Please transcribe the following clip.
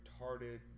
retarded